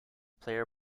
player